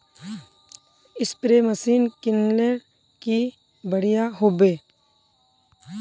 Spray machine किनले की बढ़िया होबवे?